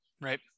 right